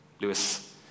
Lewis